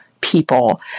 people